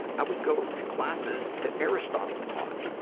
i would go to classes that aristotle taught.